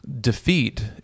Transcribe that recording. defeat